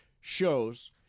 shows